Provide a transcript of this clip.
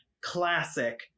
classic